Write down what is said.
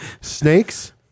Snakes